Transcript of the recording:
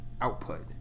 output